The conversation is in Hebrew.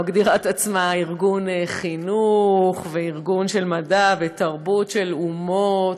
היא מגדירה את עצמה ארגון חינוך וארגון של מדע ותרבות של אומות,